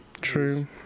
True